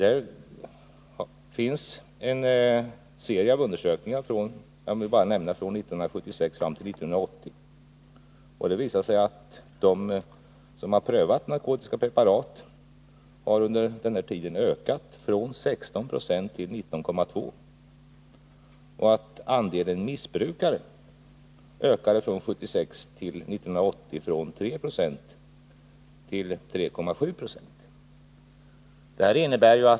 En serie sådana undersökningar från 1976 till 1980 visar att under denna tid har de som prövat narkotiska preparat ökat från 16 till 19,2 36. Andelen missbrukare ökade under samma tid från 3 9 till 3,7 Po.